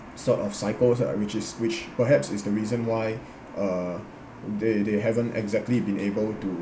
sort of cycles lah which is which perhaps is the reason why uh they they haven't exactly been able to